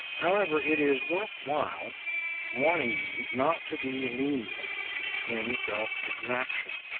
however, it is worth while warning you not to be lenient in self-exaction.